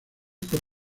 por